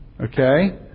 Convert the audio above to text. okay